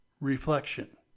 reflection